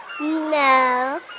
No